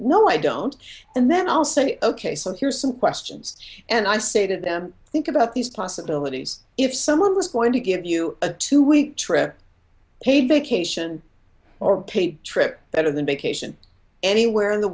no i don't and then also ok so here are some questions and i say to them think about these possibilities if someone was going to give you a two week trip paid vacation or paid trip better than vacation anywhere in the